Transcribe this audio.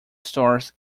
stars